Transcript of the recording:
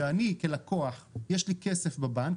שאני כלקוח יש לי כסף בבנק,